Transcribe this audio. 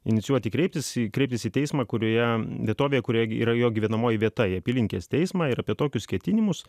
inicijuoti kreiptis į kreiptis į teismą kurioje vietovėje kurioje yra jo gyvenamoji vieta į apylinkės teismą ir apie tokius ketinimus